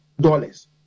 dollars